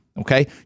Okay